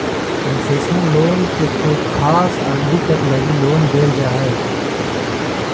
concessional loan में कोई खास अवधि तक लगी लोन देल जा हइ